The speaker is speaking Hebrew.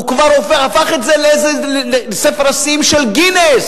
הוא כבר הפך את זה לספר השיאים של גינס,